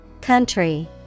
Country